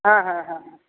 হ্যাঁ হ্যাঁ হ্যাঁ